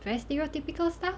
very stereotypical stuff